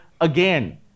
again